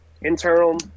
internal